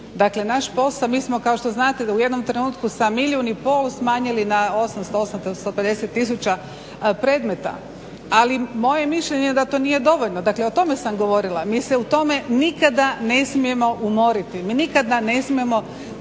Dakle, naš posao mi smo kao što znate u jednom trenutku sa milijun i pol smanjili na 800, 850 tisuća predmeta. Ali moje je mišljenje da to nije dovoljno. Dakle, o tome sam govorila. Mi se u tome nikada ne smijemo umoriti, mi nikada ne smijemo